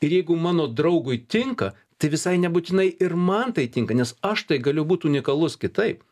ir jeigu mano draugui tinka tai visai nebūtinai ir man tai tinka nes aš tai galiu būt unikalus kitaip